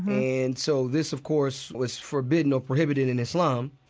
and so this, of course, was forbidden or prohibited in islam,